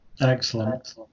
Excellent